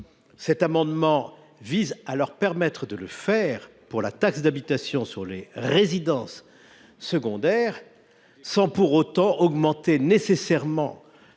Cet amendement vise à leur permettre de le faire pour la taxe d’habitation sur les résidences secondaires sans pour autant augmenter nécessairement